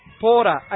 Porter